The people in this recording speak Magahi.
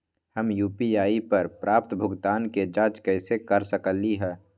हम यू.पी.आई पर प्राप्त भुगतान के जाँच कैसे कर सकली ह?